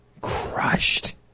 crushed